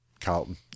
Carlton